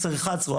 עשר אחד עשרה,